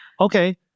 okay